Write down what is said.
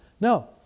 No